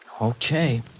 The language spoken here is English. Okay